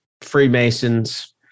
Freemasons